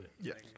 Yes